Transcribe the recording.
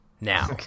Now